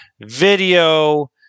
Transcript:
video